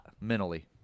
mentally